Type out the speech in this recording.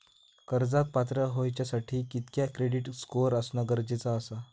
कर्जाक पात्र होवच्यासाठी कितक्या क्रेडिट स्कोअर असणा गरजेचा आसा?